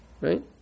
right